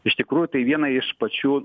iš tikrųjų tai viena iš pačių